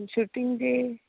shooting जे